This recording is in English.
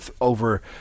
over